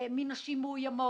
גברים מנשים מאוימות,